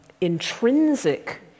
intrinsic